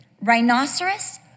Rhinoceros